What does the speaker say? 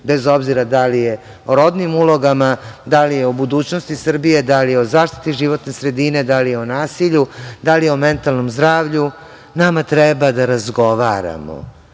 bez obzira da li je o rodnim ulogama, da li je o budućnosti Srbije, da li je o zaštiti životne sredine, da li je o nasilju, da li je o mentalnom zdravlju. Nama treba da razgovaramo,